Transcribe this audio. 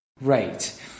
Right